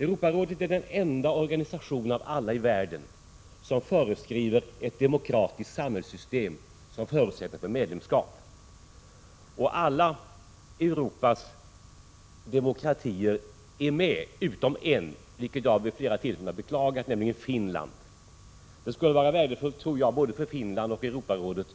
Europarådet är den enda organisation av alla organisationer i världen som föreskriver ett demokratiskt samhällssystem som förutsättning för medlemskap. Alla Europas demokratier är med utom en vilket jag vid flera tillfällen har beklagat —, nämligen Finland. Jag tror att det skulle vara värdefullt både för Finland och för Europarådet